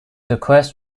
request